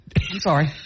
sorry